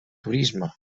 turisme